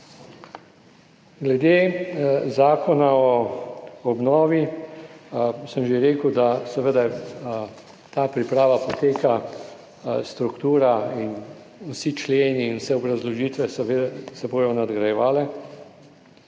Glede Zakona o obnovi sem že rekel, da seveda ta priprava poteka, struktura in vsi členi in vse obrazložitve seveda se bodo nadgrajevale.